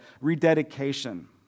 rededication